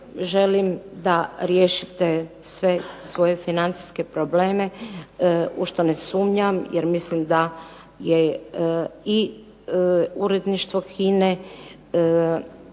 Želim da riješite sve svoje financijske probleme, u što ne sumnjam jer mislim da je i uredništvo HINA-e